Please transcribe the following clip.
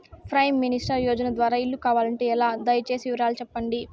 Prime minister Yojana ద్వారా ఇల్లు కావాలంటే ఎలా? దయ సేసి వివరాలు సెప్పండి?